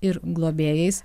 ir globėjais